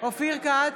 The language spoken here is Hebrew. אופיר כץ,